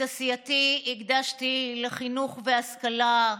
את עשייתי הקדשתי לחינוך והשכלה,